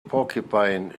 porcupine